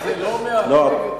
לא, זה לא, את הדיון.